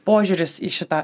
požiūris į šitą